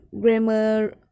grammar